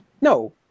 No